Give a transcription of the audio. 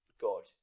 god